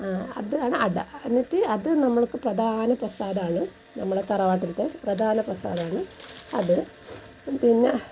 ആ അതാണ് അട എന്നിട്ട് അത് നമുക്ക് പ്രധാന പ്രസാദമാണ് നമ്മുടെ തറവാട്ടിലത്തെ പ്രധാന പ്രസാദമാണ് അത് പിന്നെ